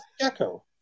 gecko